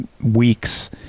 weeks